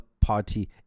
party